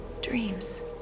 dreams